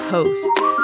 Hosts